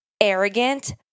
arrogant